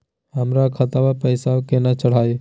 हमर खतवा मे पैसवा केना चढाई?